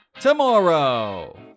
Tomorrow